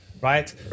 right